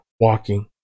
walking